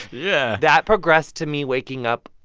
yeah that progressed to me waking up,